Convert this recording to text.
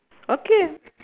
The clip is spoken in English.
okay